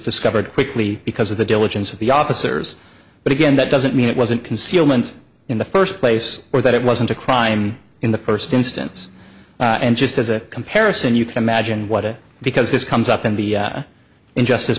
discovered quickly because of the diligence of the officers but again that doesn't mean it wasn't concealment in the first place or that it wasn't a crime in the first instance and just as a comparison you can imagine what it because this comes up in the injustice